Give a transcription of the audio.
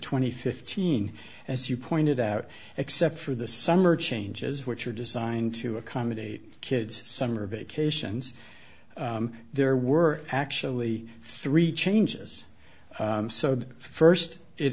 twenty fifteen as you pointed out except for the summer changes which are designed to accommodate kids summer vacations there were actually three changes so that first it